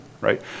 right